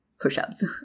push-ups